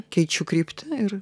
keičiu kryptį ir